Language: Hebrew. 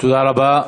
תודה רבה.